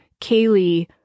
Kaylee